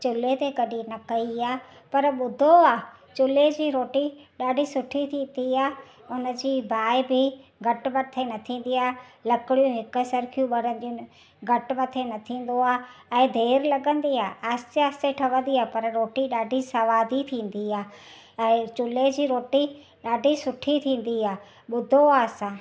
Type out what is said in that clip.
चुल्हे ते कॾहिं न कई आहे पर ॿुधो आहे चुल्हे जी रोटी ॾाढी सुठी थींदी आहे उन जी ॿीहि बि घटि मथे न थींदी आहे लकिड़ी में हिकु सरके ॿरींदी आहिनि घटि मथे न थींदो आहे ऐं देरि लॻंदी आहे आहिस्ते आहिस्ते ठहंदी आहे पर रोटी ॾाढी स्वादी थींदी आहे ऐं चुल्हे जी रोटी ॾाढी सुठी थींदी आहे ॿुधो आहे असां